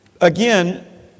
Again